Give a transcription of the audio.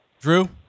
Drew